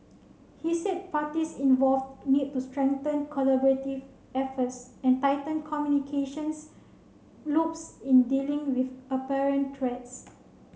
he said parties involved need to strengthen collaborative efforts and tighten communications loops in dealing with apparent threats